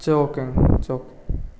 சே ஓகேங்க சே ஓகே